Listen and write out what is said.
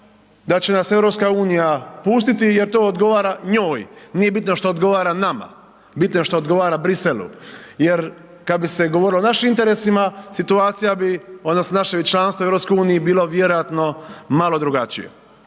da će nas EU pustiti jer to odgovara njoj, nije bitno što odgovara nama, bitno je što odgovara Bruxellesu jer kada bi se govorilo o našim interesima situacija bi odnosno naše članstvo u EU bi bilo vjerojatno malo drugačije.